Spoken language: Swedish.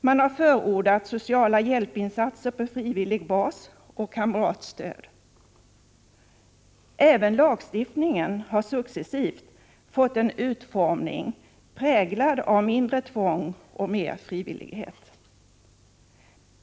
Man har förordat sociala hjälpinsatser på frivillig bas och kamratstöd. Även lagstiftningen har successivt fått en utformning präglad av mindre tvång och mer frivillighet.